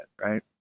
right